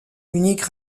uniques